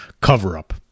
cover-up